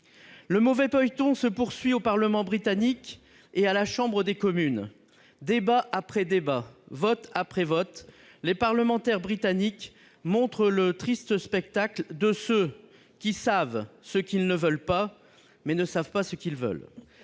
Le mauvais feuilleton se poursuit au parlement britannique et à la Chambre des communes. Débat après débat, vote après vote, les parlementaires britanniques montrent le triste spectacle de ceux qui savent ce qu'ils ne veulent pas, mais ne savent pas ce qu'ils veulent